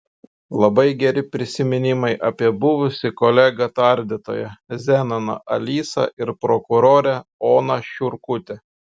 labai geri prisiminimai apie buvusį kolegą tardytoją zenoną alysą ir prokurorę oną šiurkutę